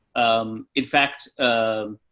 um, in fact, ah,